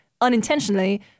unintentionally